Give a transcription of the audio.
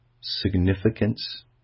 significance